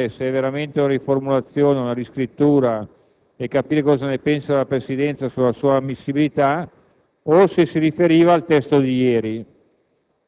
in tal caso sarebbe interessante vedere il testo e capire se è veramente una riformulazione e capire cosa pensa la Presidenza della sua ammissibilità - o se si riferiva al testo 2